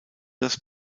das